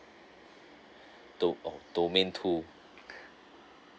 do~ oh domain two